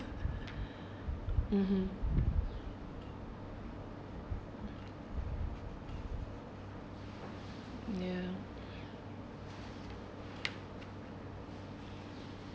(uh huh) ya